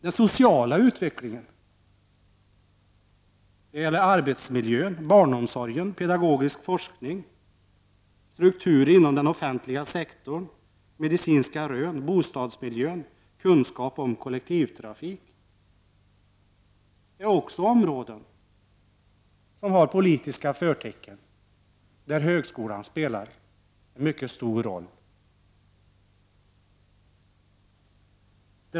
Den sociala utvecklingen när det gäller arbetsmiljön, barnomsorgen, pedagogisk forskning, strukturer inom den offentliga sektorn, medicinska rön, bostadsmiljön, kunskap om kollektivtrafik är också områden som har politiska förtecken och där högskolan spelar en mycket stor roll.